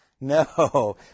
No